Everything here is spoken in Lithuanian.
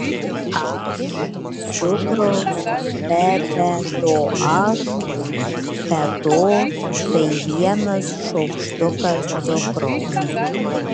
aš cukraus be be to aš be to tai vienas šaukštukas cukraus